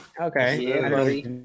okay